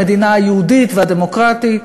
המדינה היהודית והדמוקרטית,